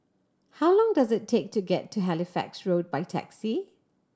how long does it take to get to Halifax Road by taxi